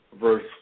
verse